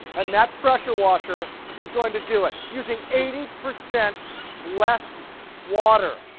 and that pressure washer is going to do it? using eighty percent less water!